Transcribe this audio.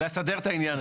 לסדר את העניין הזה.